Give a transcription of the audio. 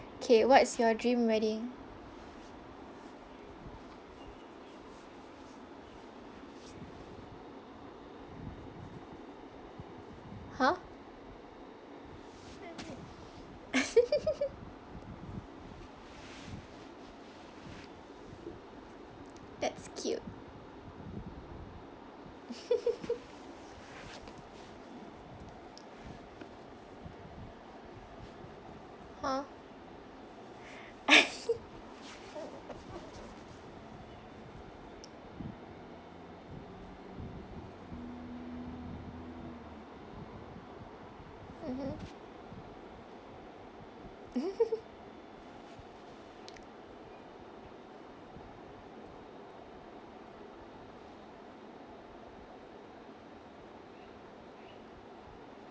K what's your dream wedding !huh! that's cute !huh! mmhmm